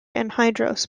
anhydrous